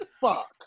fuck